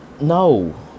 no